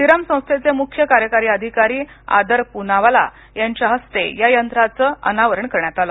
Serum संस्थेचे मुख्य कार्यकारी अधिकारी आदर पूनावाला यांच्या हस्ते या यंत्राचं अनावरण करण्यात आलं